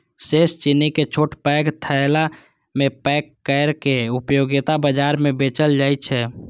शेष चीनी कें छोट पैघ थैला मे पैक कैर के उपभोक्ता बाजार मे बेचल जाइ छै